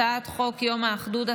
הצעת חוק יום האחדות,